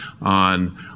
on